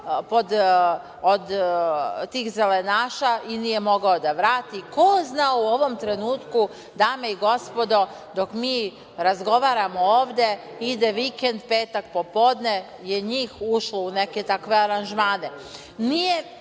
od tih zelenaša i nije mogao da vrati. Ko zna u ovom trenutku, dame i gospodo, dok mi razgovaramo ovde, ide vikend, petak popodne, je ušlo u neke takve aranžmane.